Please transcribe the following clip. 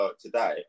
today